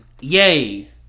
Yay